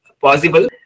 possible